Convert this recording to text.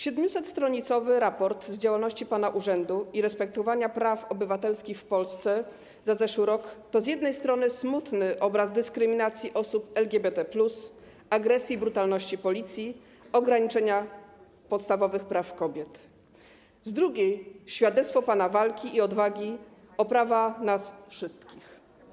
700-stronicowy raport z działalności pana urzędu i respektowania praw obywatelskich w Polsce za zeszły rok to z jednej strony smutny obraz dyskryminacji osób LGBT+, agresji i brutalności policji, ograniczenia podstawowych praw kobiet, z drugiej świadectwo pana odwagi i walki o prawa nas wszystkich.